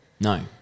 No